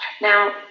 now